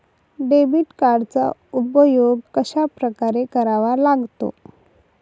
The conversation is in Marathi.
डेबिट कार्डचा उपयोग कशाप्रकारे करावा लागतो?